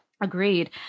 Agreed